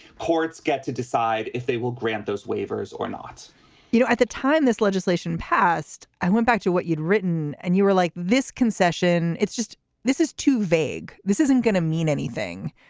courts get to decide if they will grant those waivers or not you know, at the time this legislation passed, i went back to what you'd written and you were like this concession. it's just this is too vague. this isn't going to mean anything.